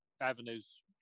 avenues